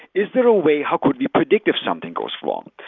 is there a way how could we predict if something goes wrong?